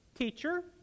Teacher